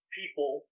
people